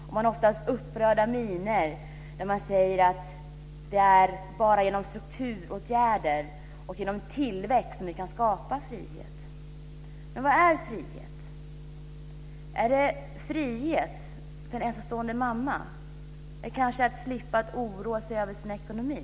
Man visar oftast upprörda miner när man säger att det bara är genom strukturåtgärder och tillväxt som vi kan skapa frihet. Men vad är frihet? Är det frihet för en ensamstående mamma att kanske slippa oroa sig över sin ekonomi?